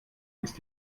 ist